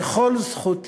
ככל זכות יסוד,